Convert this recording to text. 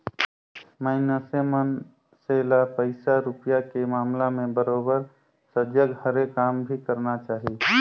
मइनसे मन से ल पइसा रूपिया के मामला में बरोबर सजग हरे काम भी करना चाही